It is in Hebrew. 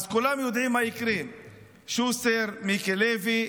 כולם יודעים מה יקרה, שוסטר, מיקי לוי,